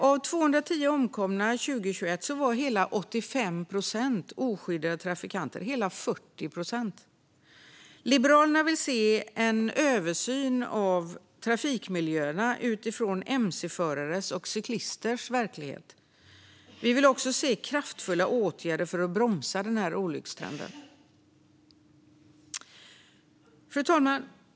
Av 210 omkomna 2021 var 85 oskyddade trafikanter, det vill säga 40 procent. Liberalerna vill se en översyn av trafikmiljöerna utifrån mc-förares och cyklisters verklighet. Vi vill också se kraftfulla åtgärder för att bromsa denna olyckstrend. Fru talman!